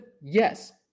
Yes